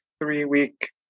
three-week